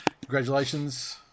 Congratulations